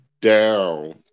down